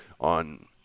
on